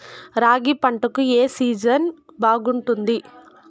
రాగి పంటకు, ఏ సీజన్ బాగుంటుంది?